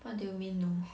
what do you mean no